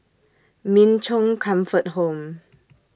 Min Chong Comfort Home